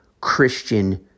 Christian